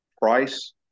price